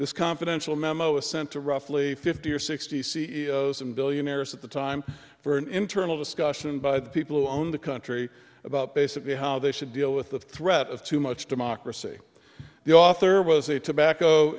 this confidential memo was sent to roughly fifty or sixty c e o s and billionaires at the time for an internal discussion by the people who own the country about basically how they should deal with the threat of too much democracy the author was a tobacco